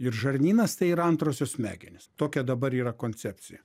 ir žarnynas tai yra antrosios smegenys tokia dabar yra koncepcija